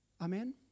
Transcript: Amen